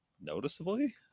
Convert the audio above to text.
noticeably